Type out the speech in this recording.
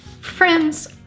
Friends